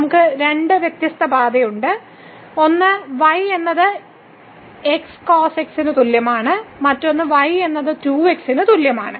നമുക്ക് 2 വ്യത്യസ്ത പാതയുണ്ട് ഒന്ന് y എന്നത് x കോസക്സിന് തുല്യമാണ് മറ്റൊന്ന് y എന്നത് 2 x ന് തുല്യമാണ്